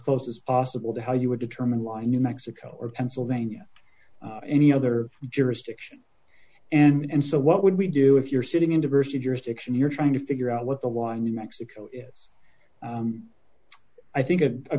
close as possible to how you would determine why new mexico or pennsylvania or any other jurisdiction and so what would we do if you're sitting in diversity jurisdiction you're trying to figure out what the law in new mexico is i think